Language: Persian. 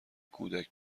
کودک